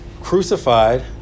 Crucified